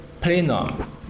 plenum